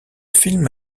film